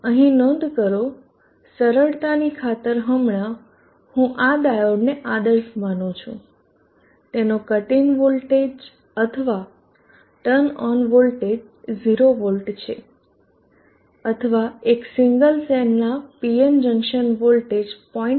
અહીં નોંધ કરો સરળતાની ખાતર હમણા હું આ ડાયોડને આદર્શ માનું છું તેનો કટ ઇન વોલ્ટેજ અથવા ટર્ન ઓન વોલ્ટેજ 0 વોલ્ટ અથવા એક સિંગલ સેલના PN જંક્શન વોલ્ટેજ 0